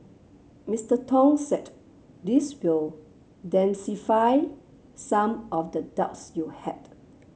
Mister Tong said this will demystify some of the doubts you had